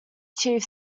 chief